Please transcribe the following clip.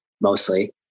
mostly